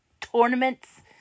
tournaments